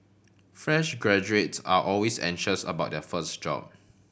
fresh graduates are always anxious about their first job